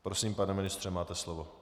Prosím, pane ministře, máte slovo.